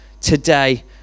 today